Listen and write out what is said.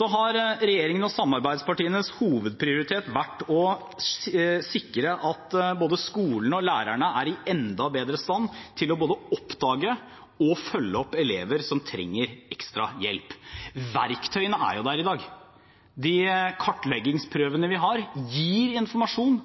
Regjeringen og samarbeidspartienes hovedprioritet har vært å sikre at både skolene og lærerne er enda bedre i stand til både å oppdage og følge opp elever som trenger ekstra hjelp. Verktøyene er jo der i dag. De kartleggingsprøvene vi har, gir informasjon